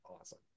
awesome